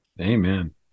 Amen